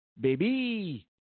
Baby